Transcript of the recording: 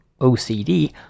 OCD